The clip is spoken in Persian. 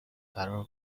فرار